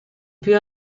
più